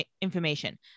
information